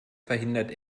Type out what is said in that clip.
verhindert